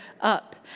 up